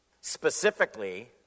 specifically